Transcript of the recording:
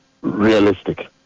realistic